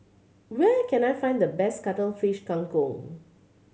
where can I find the best Cuttlefish Kang Kong